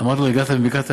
אמרתי לו: הגעת מבקעת-הירדן?